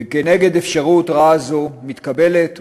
וכנגד אפשרות רעה זו מתקבלת,